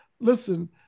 Listen